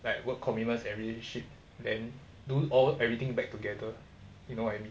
like work commitments every shit then do all everything back together you know what I mean